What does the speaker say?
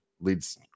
leads